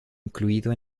incluido